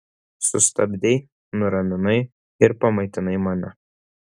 sustabdei nuraminai ir pamaitinai mane